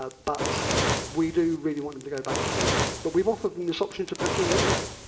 ah but we do really want them to go back to safety. but we've offered them this option to proceed anyway.